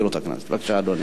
הכנסת, בבקשה, אדוני.